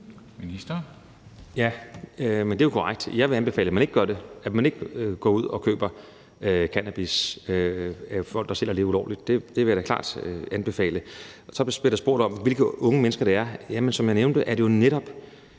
Heunicke): Ja, det er jo korrekt. Jeg vil anbefale, at man ikke gør det, altså at man ikke går ud og køber cannabis af folk, der sælger det ulovligt. Det vil jeg da klart anbefale. Så blev der spurgt om, hvilke unge mennesker det er. Som jeg nævnte, er det jo netop